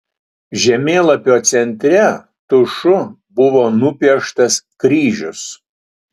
žemėlapio centre tušu buvo nupieštas kryžius